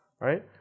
right